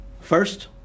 First